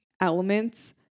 elements